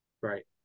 Right